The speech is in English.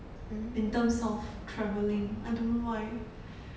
in terms of travelling I don't know why